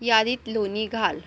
यादीत लोणी घाल